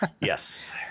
Yes